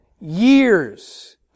years